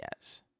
Yes